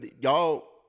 y'all